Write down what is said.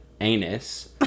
anus